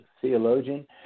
theologian